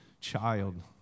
child